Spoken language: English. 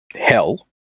hell